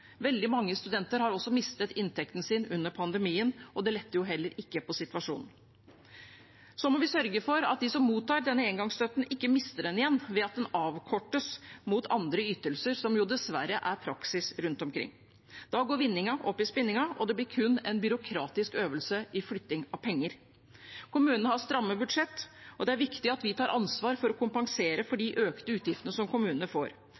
Veldig mange studenter har også mistet inntekten sin under pandemien, og det letter jo heller ikke på situasjonen. Vi må sørge for at de som mottar denne engangsstøtten, ikke mister den igjen ved at den avkortes mot andre ytelser, noe som dessverre er praksis rundt omkring. Da går vinningen opp i spinningen, og det blir kun en byråkratisk øvelse i flytting av penger. Kommunene har stramme budsjetter, og det er viktig at vi tar ansvar for å kompensere for de økte utgiftene kommunene får.